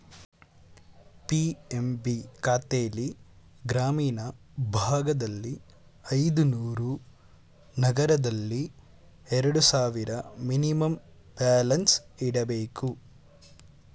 PMB ಖಾತೆಲ್ಲಿ ಗ್ರಾಮೀಣ ಭಾಗದಲ್ಲಿ ಐದುನೂರು, ನಗರದಲ್ಲಿ ಎರಡು ಸಾವಿರ ಮಿನಿಮಮ್ ಬ್ಯಾಲೆನ್ಸ್ ಇಡಬೇಕು